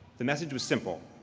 the message was simple.